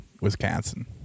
Wisconsin